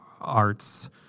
arts